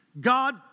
God